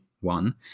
one